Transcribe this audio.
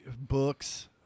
books